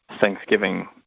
Thanksgiving